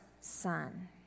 Son